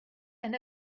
and